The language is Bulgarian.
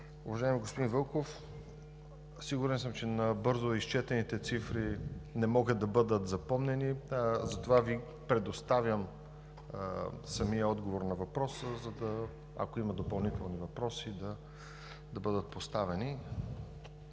Уважаеми господин Вълков, сигурен съм, че набързо изчетените цифри не могат да бъдат запомнени. Затова Ви предоставям самия отговор на въпроса, за да може, ако имате допълнителни въпроси, да бъдат поставени.